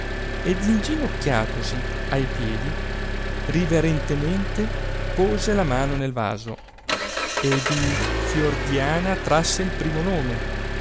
ed inginocchiatosi a piedi riverentemente pose la mano nel vaso e di fiordiana trasse il primo nome